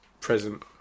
present